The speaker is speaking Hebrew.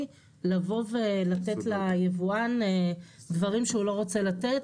לבוא ולתת ליבואן דברים שהוא לא רוצה לתת,